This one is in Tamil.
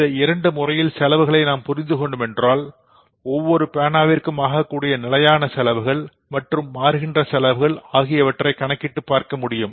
இந்த இரண்டு முறையில் செலவுகளை நாம் புரிந்து கொண்டோம் என்றால் ஒவ்வொரு பேனாவிற்கும் ஆகக்கூடிய நிலையான செலவுகள் மற்றும் மாறுகின்ற செலவுகள் ஆகியவற்றை கணக்கிட்டு பார்க்க முடியும்